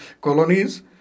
colonies